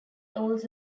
also